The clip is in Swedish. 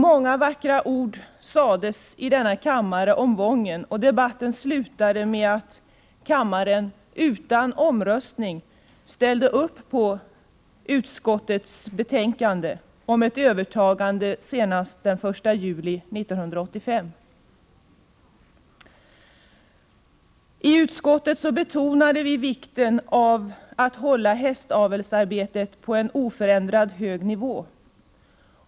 Många vackra ord sades i denna kammare om Wången, och debatten slutade med att kammaren utan omröstning ställde upp på utskottets hemställan om ett övertagande senast den 1 juli 1985. Utskottet betonade vikten av att hålla hästavelsarbetet på en oförändrat hög nivå.